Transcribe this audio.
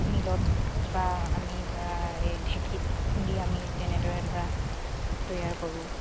মিলত বা আমি ধৰা এই ঢেঁকীত খুন্দি আমি তেনেদৰে ধৰা তৈয়াৰ কৰোঁ